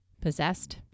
possessed